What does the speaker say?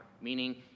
meaning